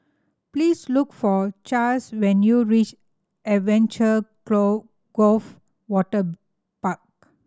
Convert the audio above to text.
please look for Chas when you reach Adventure Cove Waterpark